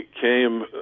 came